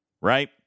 Right